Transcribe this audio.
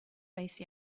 face